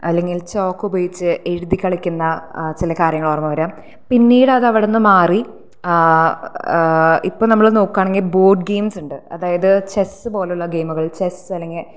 അല്ലെങ്കിൽ ചോക്ക് ഉപയോഗിച്ച് എഴുതികളിക്കുന്ന ചില കാര്യങ്ങള് ഓർമ്മ വരാം പിന്നീട് അതവിടുന്ന് മാറി ഇപ്പം നമ്മള് നോക്കുകയാണെങ്കിൽ ബോർഡ് ഗെയിംസ് ഉണ്ട് അതായത് ചെസ്സ് പൊലുള്ള ഗെയ്മുകൾ ചെസ്സ് അല്ലെങ്കിൽ